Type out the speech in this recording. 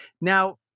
Now